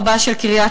רבה של קריית-ארבע.